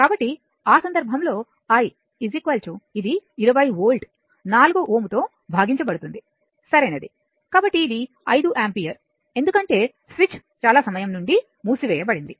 కాబట్టి ఆ సందర్భంలో i ఇది 20 వోల్ట్ 4 Ω తో భాగించబడుతుంది సరైనది కాబట్టి ఇది 5 యాంపియర్ ఎందుకంటే స్విచ్ చాలా సమయం నుండి మూసివేయబడింది